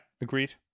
agreed